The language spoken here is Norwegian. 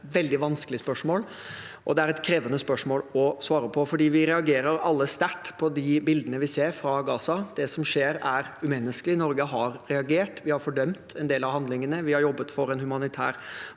vanskelig spørsmål, og det er et krevende spørsmål å svare på, for vi reagerer alle sterkt på de bildene vi ser fra Gaza. Det som skjer, er umenneskelig. Norge har reagert. Vi har fordømt en del av handlingene. Vi har jobbet for en humanitær